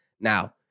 now